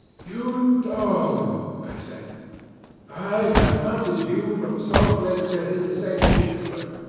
you dog i said i have hunted you from salt lake city to st. petersburg,